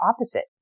opposite